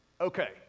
okay